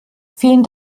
vielen